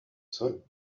sol